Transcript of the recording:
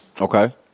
Okay